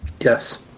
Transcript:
Yes